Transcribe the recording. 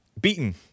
beaten